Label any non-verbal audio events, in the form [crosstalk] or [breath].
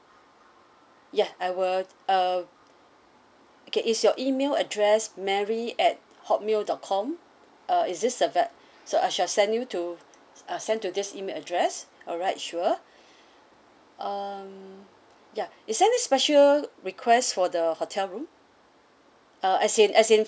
ya I will uh okay is your email address mary at hotmail dot com uh is this so I shall send you to uh send to this email address alright sure [breath] um ya is there any special request for the hotel room uh as in as in